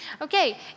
Okay